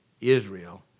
Israel